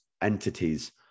Entities